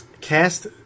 cast